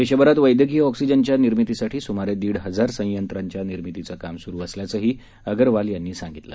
देशभरात वैद्यकीय ऑक्सिजनची निर्मितीसाठी स्मारे दीड हजार संयंत्राच्या निर्मितीचं काम स्रु असल्याचंही अग्रवाल यांनी सांगितलं